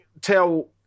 tell